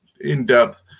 in-depth